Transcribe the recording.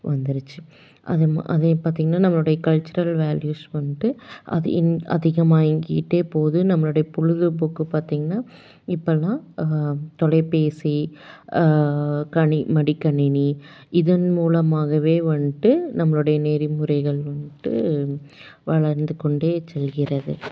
வந்துடுச்சு அது அதே பார்த்திங்கன்னா நம்மளுடைய கல்ச்சுரல் வேல்யூஸ் வந்துட்டு அது அதிகமாக இயங்கிகிட்டே போகுது நம்மளுடைய பொழுதுபோக்கு பார்த்திங்கன்னா இப்போலாம் தொலைபேசி மடிக்கணினி இதன் மூலமாகவே வந்துட்டு நம்மளுடைய நெறிமுறைகள் வந்துட்டு வளர்ந்து கொண்டே செல்கிறது